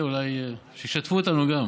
חכה, שישתפו אותנו גם.